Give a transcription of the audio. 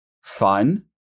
fun